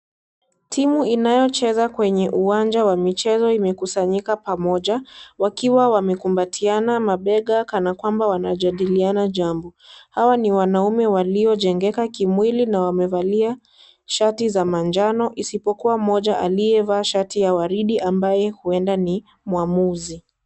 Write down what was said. Timu inayocheza kwenye uwanja wa michezo imekusanyika pamoja, wakiwa wamekumbatiana mabega kanakwamba wanajadiliana jambo, hawa ni wanaume waliojengeka kimwili na wamevalia shati za manjano isipokua mmoja aliyevaa shati ya waridi ambaye huenda ni mwamuzi.